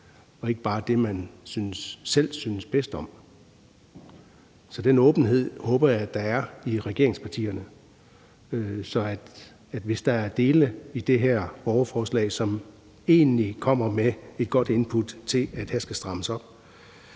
og ikke bare det, man selv synes bedst om. Så den åbenhed håber jeg at der er i regeringspartierne, sådan at hvis der er dele i det her borgerforslag, som egentlig kommer med et godt input til, at her skal der strammes op,